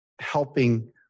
helping